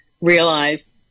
realize